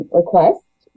requests